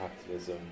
capitalism